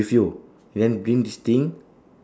with you and then bring this thing